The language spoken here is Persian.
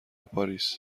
پاریس